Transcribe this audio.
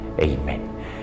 Amen